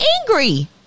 angry